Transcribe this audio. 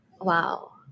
Wow